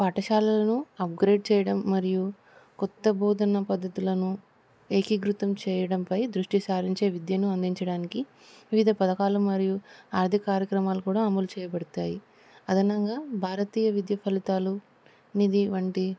పాఠశాల్లను upgrade చేయడం మరియు కొత్త బోధన పద్ధతులను ఏకీగృతం చేయడంపై దృష్టిసారించే విద్యను అందించడానికి వివిధ పథకాలు మరియు ఆర్థిక కార్యక్రమాలు కూడా అమలు చేయబడతాయి అదనంగా భారతీయ విద్య ఫలితాలు నిది వంటి